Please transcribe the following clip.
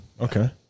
Okay